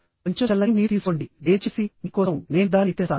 కొంచెం చల్లని నీరు తీసుకోండి దయచేసి మీ కోసం నేను దానిని తెస్తాను